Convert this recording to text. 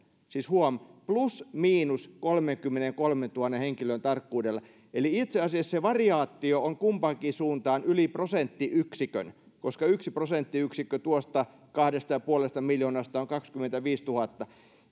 siis huom plus miinus kolmenkymmenenkolmentuhannen henkilön tarkkuudella eli itse asiassa se variaatio on kumpaankin suuntaa yli prosenttiyksikön koska yksi prosenttiyksikkö tuosta kahdesta ja puolesta miljoonasta on kaksikymmentäviisituhatta